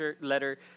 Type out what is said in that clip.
letter